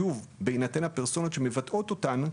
בהינתן הפרסונות שמבטאות אותן,